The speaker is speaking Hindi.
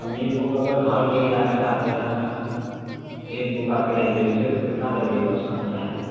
हम एक बुक अगर घर ले जाना चाहते हैं एक बुक आपके लाइब्रेरी से तो कितना लगेगा उसका चार्ज